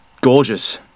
gorgeous